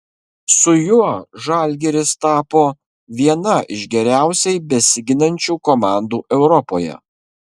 su juo žalgiris tapo viena iš geriausiai besiginančių komandų europoje